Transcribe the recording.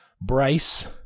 Bryce